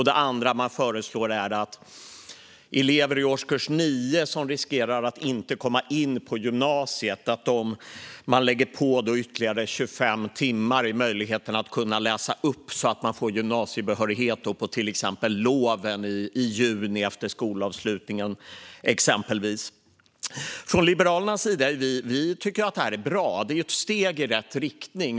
Det andra man föreslår är att för elever i årskurs 9 som riskerar att inte komma in på gymnasiet läggs det på 25 timmar för möjligheten att kunna läsa upp på loven, till exempel i juni efter skolavslutningen, så att man får gymnasiebehörighet. Vi tycker från Liberalernas sida att det här är bra. Det är ett steg i rätt riktning.